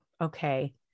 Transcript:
okay